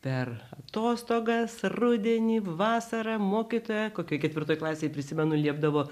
per atostogas rudenį vasarą mokytoja kokioj ketvirtoj klasėj prisimenu liepdavo